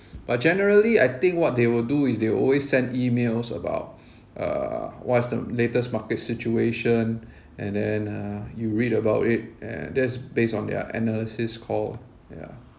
but generally I think what they will do is they will always send emails about uh what's the latest market situation and then uh you read about it and that's based on their analysis score ya